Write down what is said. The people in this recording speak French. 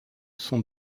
sont